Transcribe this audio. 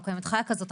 לא קיימת חיה כזאת,